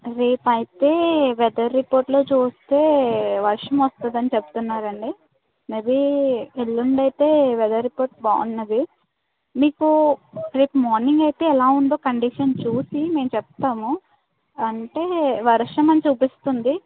రేపు అయితే వెదర్ రిపోర్ట్లో చూస్తే వర్షం వస్తుందని చెప్తున్నారు అండి మేబీ ఎల్లుండి అయితే వెదర్ రిపోర్ట్ బాగున్నాది మీకు రేపు మార్నింగ్ అయితే ఎలా ఉందో కండిషన్ చూసి మేము చెప్తాము అంటే వర్షం అని చూపిస్తుంది